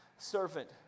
Servant